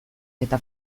eta